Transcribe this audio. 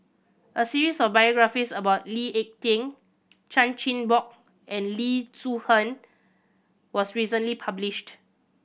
a series of biographies about Lee Ek Tieng Chan Chin Bock and Loo Zihan was recently published